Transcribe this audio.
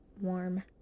warm